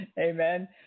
amen